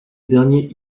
dernier